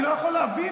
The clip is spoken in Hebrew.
אני לא יכול להבין.